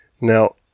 Now